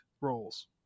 roles